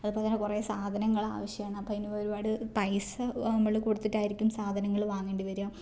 അതിപ്പത്തന്നെ കുറെ സാധനങ്ങൾ ആവശ്യമാണ് അപ്പോൾ അതിന് ഒരുപാട് പൈസ നമ്മൾ കൊടുത്തിട്ടായിരിക്കും സാധനങ്ങൾ വാങ്ങേണ്ടി വരുക